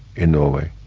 in norway,